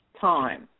time